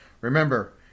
Remember